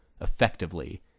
effectively